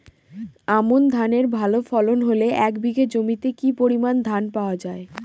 আমন ধানের ভালো ফলন হলে এক বিঘা জমিতে কি পরিমান ধান পাওয়া যায়?